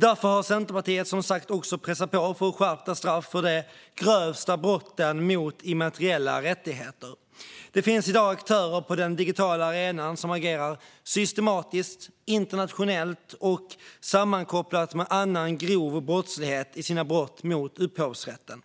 Därför har Centerpartiet, som sagt, pressat på för skärpta straff för de grövsta brotten mot immateriella rättigheter. Det finns i dag aktörer på den digitala arenan som agerar systematiskt, internationellt och sammankopplat med annan grov brottslighet i sina brott mot upphovsrätten.